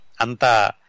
anta